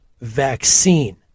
vaccine